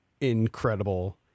incredible